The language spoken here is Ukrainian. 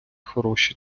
хороші